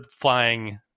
flying